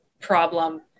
problem